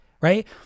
right